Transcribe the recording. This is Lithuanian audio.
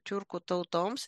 tiurkų tautoms